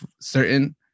certain